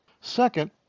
Second